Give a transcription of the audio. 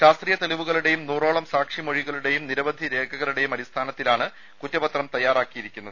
ശാസ്ത്രീയ തെളിവുകളുടേയും നൂറോളം സാക്ഷി മൊഴികളുടേയും നിരവധി രേഖകളുടേയും അടിസ്ഥാനത്തിലാണ് കുറ്റപത്രം തയ്യാറാക്കി യിരിക്കുന്നത്